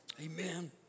Amen